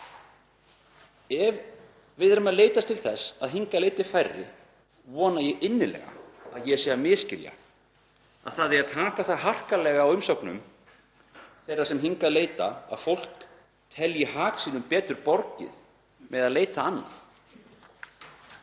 Ef við erum að leitast við að hingað leiti færri vona ég innilega að ég sé að misskilja að það eigi að taka það harkalega á umsóknum þeirra sem hingað leita að fólk telji hag sínum betur borgið með því að leita annað.